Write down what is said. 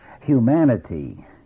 Humanity